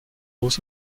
los